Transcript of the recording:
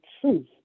truth